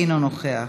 אינו נוכח,